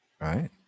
right